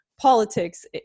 politics